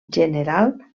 general